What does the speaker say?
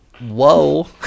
whoa